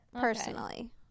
personally